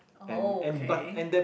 oh K